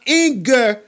anger